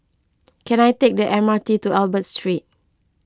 can I take the M R T to Albert Street